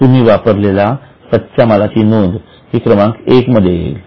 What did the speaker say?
तुम्ही वापरलेला कच्चा मालाची नोंद ही क्रमांक एक मध्ये येईल